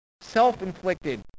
self-inflicted